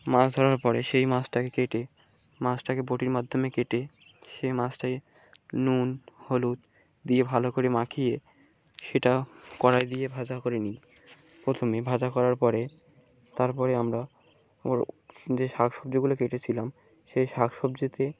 মাছ ধরার পরে সে ই মাছটাকে কেটে মাছটাকে বটির মাধ্যমে কেটে সেই মাছটাই নুন হলুদ দিয়ে ভালো করে মাখিয়ে সেটা কড়াই দিয়ে ভাজা করে নিই প্রথমে ভাজা করার পরে তারপরে আমরা ওর যে শাক সবজিগুলো কেটেছিলাম সেই শাক সবজিতে